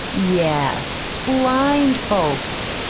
yes blind folks.